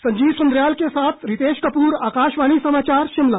संजीव सुंद्रियाल के साथ रितेश कपूर आकाशवाणी समाचार शिमला